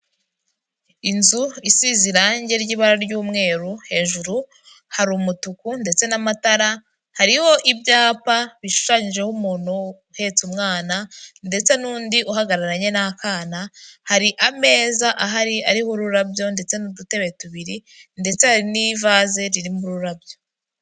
Inzu isize irangi ry'ibara ry'umweru, hejuru hari umutuku ndetse n'amatara, hariho ibyapa bishushanyijeho umuntu uhetse umwana ndetse n'undi uhagararanye n'akana, hari ameza ahari ariho'ururabyo ndetse n'udutebe tubiri ndetse hari n'ivaze ririmo ururabyo.